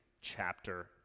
chapter